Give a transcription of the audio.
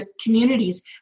communities